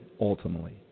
ultimately